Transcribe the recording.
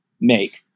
make